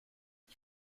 die